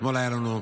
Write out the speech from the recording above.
אתמול היה לנו,